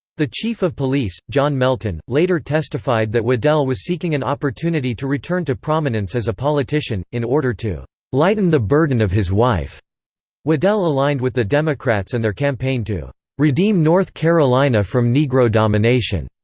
the chief of police, john melton, later testified that waddell was seeking an opportunity to return to prominence as a politician, in order to lighten the burden of his wife waddell aligned with the democrats and their campaign to redeem north carolina from negro domination.